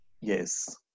Yes